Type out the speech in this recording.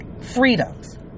freedoms